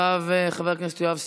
אחריו, חבר הכנסת יואב סגלוביץ'.